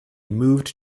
moved